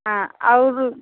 हाँ और